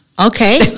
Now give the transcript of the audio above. Okay